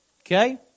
Okay